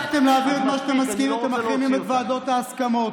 אני לא רוצה להוציא אותך,